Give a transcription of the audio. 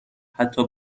حتی